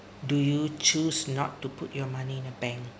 do you choose not to put your money in a bank